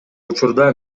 учурда